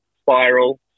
spiral